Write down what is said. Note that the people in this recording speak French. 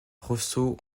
rosso